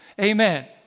Amen